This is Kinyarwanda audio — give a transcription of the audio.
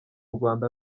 rwanda